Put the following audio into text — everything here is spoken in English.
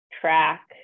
track